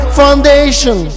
foundation